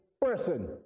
person